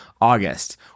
August